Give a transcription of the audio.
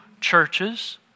churches